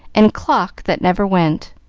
and clock that never went